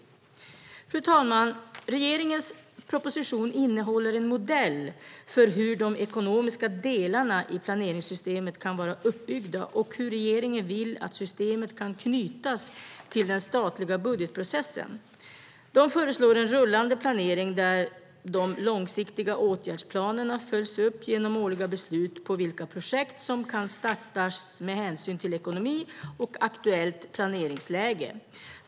Fru talman! Regeringens proposition innehåller en modell för hur de ekonomiska delarna i planeringssystemet kan vara uppbyggda och hur regeringen vill att systemet ska knytas till den statliga budgetprocessen. Den föreslår en rullande planering där de långsiktiga åtgärdsplanerna följs upp genom årliga beslut om vilka projekt som kan startas med hänsyn till ekonomi och aktuellt planeringsläge.